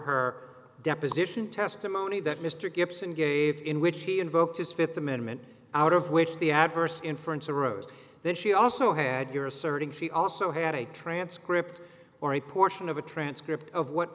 her deposition testimony that mr gibson gave in which he invoked his fifth amendment out of which the adverse inference arose then she also had your asserting she also had a transcript or a portion of a transcript of what